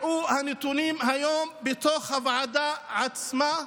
הראו נתונים היום בתוך הוועדה עצמה,